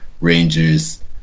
rangers